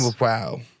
wow